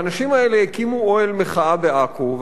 האנשים האלה הקימו אוהל מחאה בעכו,